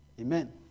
Amen